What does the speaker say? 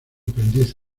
aprendiz